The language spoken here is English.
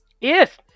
yes